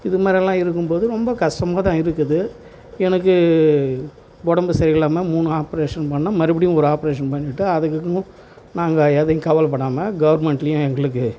இது மாதிரி எல்லாம் இருக்கும்போது ரொம்ப கஷ்டமா தான் இருக்குது எனக்கு உடம்பு சரியில்லாமல் மூணு ஆப்ரேஷன் பண்ணிணோம் மறுபடியும் ஒரு ஆப்ரேஷன் பண்ணிவிட்டோம் அதுக்கப்புறமும் நாங்கள் எதையும் கவலைப்படாம கவர்மெண்ட்லேயும் எங்களுக்கு